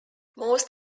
most